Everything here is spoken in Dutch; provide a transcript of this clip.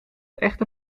echte